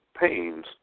pains